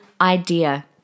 idea